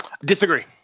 Disagree